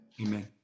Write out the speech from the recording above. Amen